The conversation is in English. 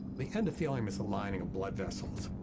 the endothelium is a lining of blood vessels.